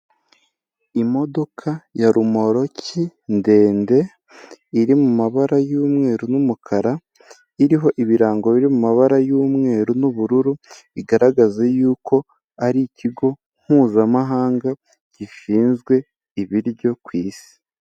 Imodoka ya rumoroki ndende iri mu mabara y'umweru n’umukara, iriho ibirango biri mu mabara y’umweru n'ubururu bigaragaza y’uko ari ikigo mpuzamahanga gishinzwe ibiryo ku isi.